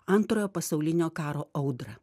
antrojo pasaulinio karo audrą